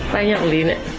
i don't believe it